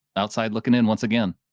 outside looking in once again.